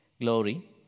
glory